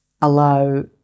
allow